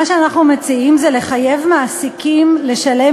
מה שאנחנו מציעים זה לחייב מעסיקים לשלם